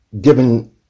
given